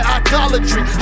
idolatry